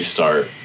Start